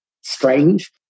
strange